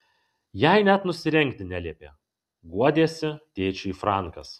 jai net nusirengti neliepė guodėsi tėčiui frankas